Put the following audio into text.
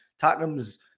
Tottenham's